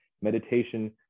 meditation